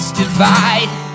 divide